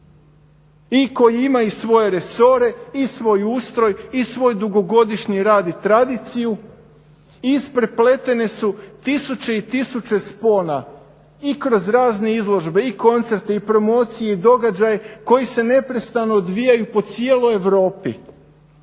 I koji ima i svoje resore, i svoj ustroj, i svoj dugogodišnji rad i tradiciju, i isprepletene su tisuće i tisuće spona i kroz razne izložbe, i koncerte, i promocije, i događaje koji se neprestano odvijaju po cijeloj Europi.